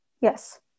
Yes